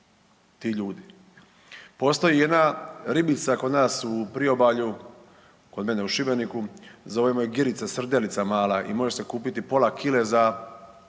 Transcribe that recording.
ti ljudi. Postoji jedna ribica kod nas u priobalju kod mene u Šibeniku zovemo je girica, srdelica mala i može se kupiti pola kile za